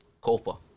Copa